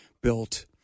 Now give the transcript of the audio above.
built